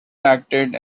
acted